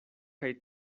kaj